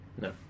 No